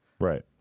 Right